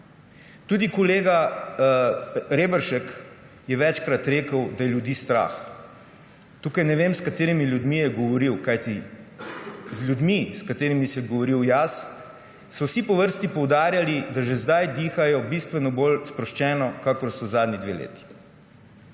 Tudi kolega Reberšek je večkrat rekel, da je ljudi strah. Tukaj ne vem, s katerimi ljudmi je govoril, kajti ljudje, s katerimi sem govoril jaz, so vsi po vrsti poudarjali, da že zdaj dihajo bistveno bolj sproščeno, kakor so zadnji dve leti.